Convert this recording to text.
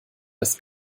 das